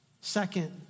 Second